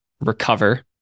recover